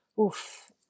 oof